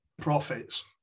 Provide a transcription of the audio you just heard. profits